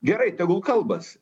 gerai tegul kalbasi